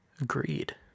Agreed